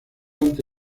ante